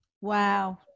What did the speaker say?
Wow